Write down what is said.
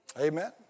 Amen